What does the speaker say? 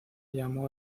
llamó